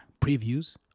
previews